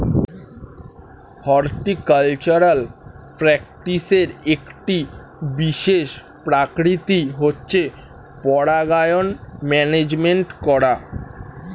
horticultural প্র্যাকটিসের একটি বিশেষ প্রকৃতি হচ্ছে পরাগায়ন ম্যানেজমেন্ট করা